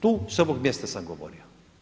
Tu s ovog mjesta sam govorio.